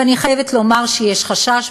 ואני חייבת לומר שיש חשש,